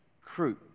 crew